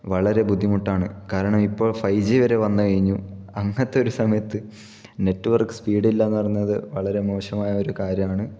വളരെ ബുദ്ധിമുട്ടാണ് കാരണം ഇപ്പോൾ ഫൈവ് ജി വരെ വന്ന് കഴിഞ്ഞു അങ്ങനത്തെ ഒരു സമയത്ത് നെറ്റ് വർക്ക് സ്പീഡില്ലാന്ന് പറയുന്നത് വളരെ മോശമായൊരു കാര്യമാണ്